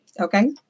Okay